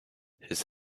his